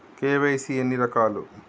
KYC ఎన్ని రకాలు?